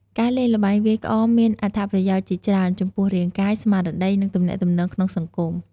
ការលេងល្បែងវាយក្អមមានអត្ថប្រយោជន៍ជាច្រើនចំពោះរាងកាយ ស្មារតី និងទំនាក់ទំនងក្នុងសង្គម។